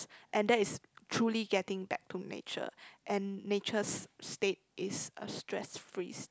and that is truly getting back to nature and nature's state is a stress free state